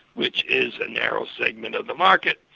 which is a narrow segment of the market.